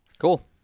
Cool